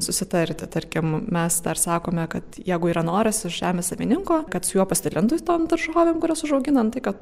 susitarti tarkim mes dar sakome kad jeigu yra noras iš žemės savininko kad su juo pasidalintų tom daržovėm kurias užaugina nu tai kad